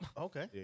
Okay